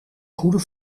goede